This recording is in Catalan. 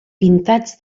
pintats